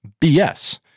BS